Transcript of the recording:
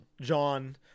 John